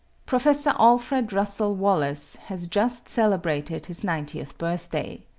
professor alfred russell wallace has just celebrated his ninetieth birthday.